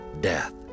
Death